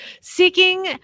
seeking